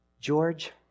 George